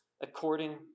according